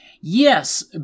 Yes